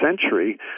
century